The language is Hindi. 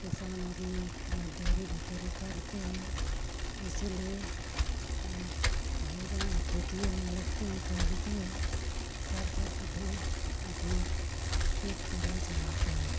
किसान आदमी एक मज़दूरी धतूरी करते हैं इसीलिए भाई बहन खेतीओं में लगते हैं करनते हैं कर कर के फिर अपना पेट पर्दा चलाते हैं